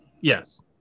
Yes